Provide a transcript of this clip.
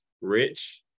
rich